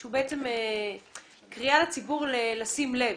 שהוא בעצם קריאה לציבור לשים לב.